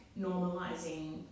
normalizing